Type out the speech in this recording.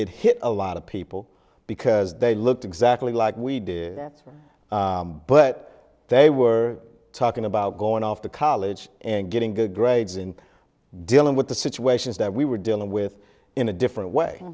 a lot of people because they looked exactly like we did but they were talking about going off to college and getting good grades and dealing with the situations that we were dealing with in a different way